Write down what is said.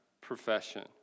profession